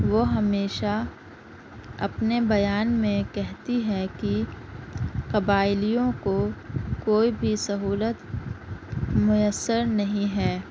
وہ ہمیشہ اپنے بیان میں کہتی ہیں کہ قبائلیوں کو کوئی بھی سہولت میسر نہیں ہے